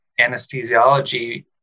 anesthesiology